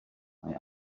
mae